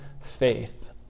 faith